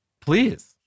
Please